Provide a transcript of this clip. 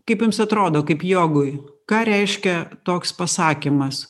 kaip jums atrodo kaip jogui ką reiškia toks pasakymas